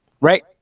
right